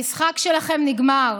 המשחק שלכם נגמר.